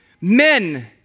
men